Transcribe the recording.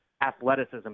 athleticism